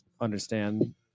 understand